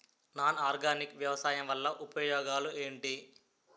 Non organic వ్యవసాయం వల్ల ఉపయోగాలు ఏంటీ?